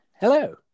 Hello